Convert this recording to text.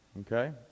Okay